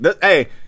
Hey